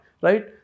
right